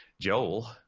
Joel